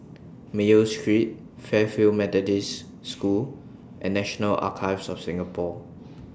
Mayo Street Fairfield Methodist School and National Archives of Singapore